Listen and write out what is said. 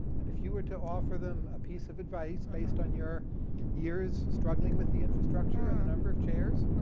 and if you were to offer them a piece of advice based on your years struggling with the infrastructure, and the number of chairs,